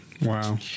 Wow